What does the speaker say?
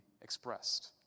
expressed